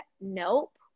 Nope